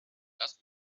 das